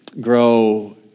grow